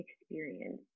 experience